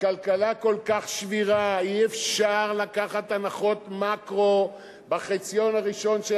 שבכלכלה כל כך שבירה אי-אפשר לקחת הנחות מקרו בחציון הראשון של